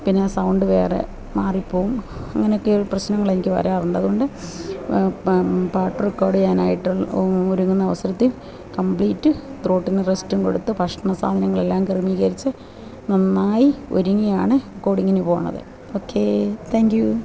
പിന്നെ സൗണ്ട് വേറെ മാറിപ്പോവും അങ്ങനൊക്കെ പ്രശ്നങ്ങളെനിക്ക് വരാറുണ്ട് അത് കൊണ്ട് പാ പാട്ട് റെക്കോഡെയ്യാനായിട്ട് ഒരുങ്ങുന്ന അവസരത്തില് കംപ്ലീറ്റ് ത്രോട്ടിന് റസ്റ്റും കൊടുത്ത് ഭക്ഷണസാധനങ്ങളെല്ലാം ക്രമീകരിച്ച് നന്നായി ഒരുങ്ങിയാണ് റെക്കോഡിങ്ങിന് പോണത് ഓക്കേ താങ്ക് യു